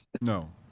No